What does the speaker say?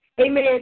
Amen